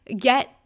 get